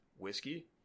Whiskey